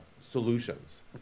solutions